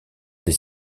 des